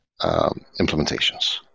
implementations